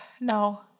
no